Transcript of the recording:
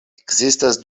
ekzistas